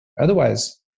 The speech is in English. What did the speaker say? Otherwise